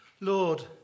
Lord